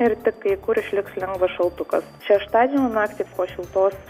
ir tik kai kur išliks lengvas šaltukas šeštadienio naktį po šiltos